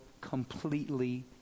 completely